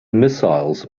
missiles